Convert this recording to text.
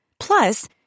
Plus